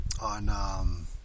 on